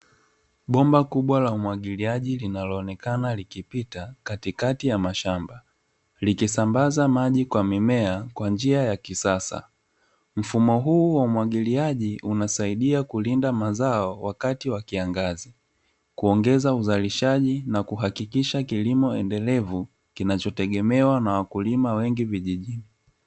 Bomba kubwa la umwagiliaji linalonekana likipita katikati ya mashamba, likisambaza maji kwa mimea kwa njia ya kisasa mfumo huu wa umwagiliaji unasaidia kulinda mazao wakati wa kiangazi, kuongeza uzalishaji na kuhakikisha kilimo endelevu kinachotegemewa na wakulima wengi vijijini.